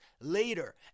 later